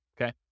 okay